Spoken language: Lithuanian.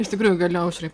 iš tikrųjų galiu aušrai